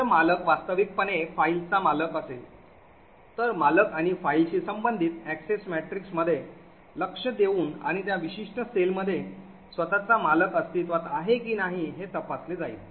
जर मालक वास्तविकपणे फाईलचा मालक असेल तर मालक आणि फाईलशी संबंधित Access Matrix मध्ये लक्ष देऊन आणि त्या विशिष्ट सेलमध्ये स्वतःचा मालक अस्तित्त्वात आहे की नाही हे तपासले जाईल